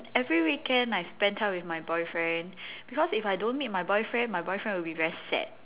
every weekend I spend time with my boyfriend because if I don't meet my boyfriend my boyfriend will be very sad